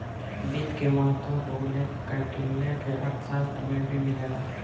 वित्त के महत्त्व के उल्लेख कौटिल्य के अर्थशास्त्र में भी मिलेला